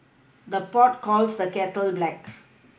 the pot calls the kettle black